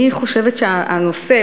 אני חושבת שהנושא,